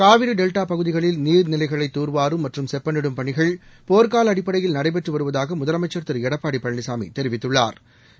Kaveri delta பகுதிகளில் நீர்நிலைகளை தூர்வாரும் மற்றும் செப்பனிடும் பணிகள் போர்க்கால அடிப்படையில் நடைபெற்று வருவதாக முதலமைச்சள் திரு எடப்பாடி பழனிசாமி தெரிவித்துள்ளாா்